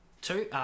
two